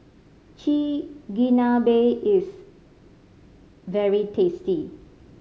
Chigenabe is very tasty